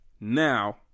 Now